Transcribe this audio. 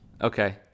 Okay